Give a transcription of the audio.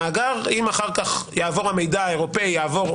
המאגר אם אחר כך יעבור המידע האירופאי יעבור,